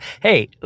Hey